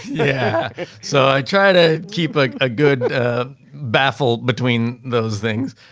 yeah so i try to keep a ah good battle between those things,